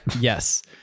Yes